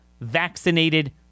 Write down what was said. vaccinated